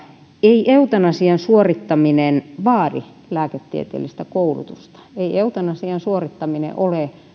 ei eutanasian suorittaminen vaadi lääketieteellistä koulutusta ei eutanasian suorittaminen ole